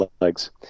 legs